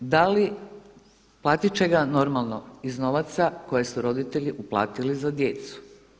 Da li, platit će ga normalno iz novaca koje su roditelji uplatili za djecu.